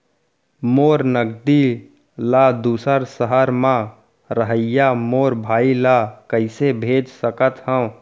मोर नगदी ला दूसर सहर म रहइया मोर भाई ला कइसे भेज सकत हव?